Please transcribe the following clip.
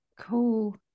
Cool